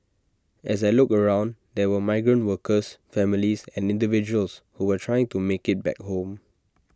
as I looked around there were migrant workers families and individuals who were trying to make IT back home